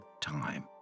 time